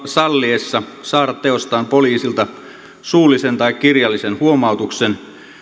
salliessa saada teostaan poliisilta suullisen tai kirjallisen huomautuksen